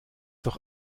doch